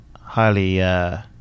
highly